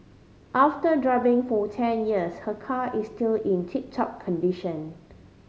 after driving for ten years her car is still in tip top condition